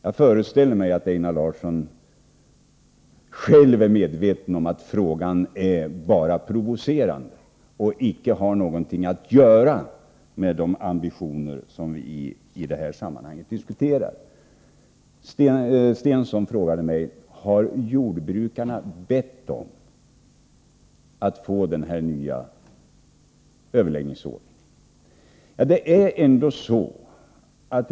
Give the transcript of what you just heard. Jag föreställer mig att Einar Larsson själv är medveten om att frågan bara är provocerande och icke har någonting att göra med de ambitioner som vi i detta sammanhang diskuterar. Börje Stensson frågade mig om jordbrukarna har bett om att få den här nya överläggningsordningen.